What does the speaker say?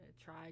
try